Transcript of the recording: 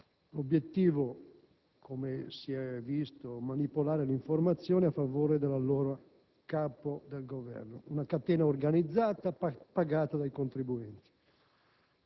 L'obiettivo, come si è visto, era manipolare l'informazione a favore dell'allora capo del Governo. Una catena organizzata pagata dai contribuenti.